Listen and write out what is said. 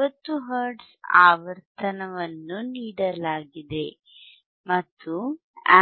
50 hertz ಆವರ್ತನವನ್ನು ನೀಡಲಾಗಿದೆ ಮತ್ತು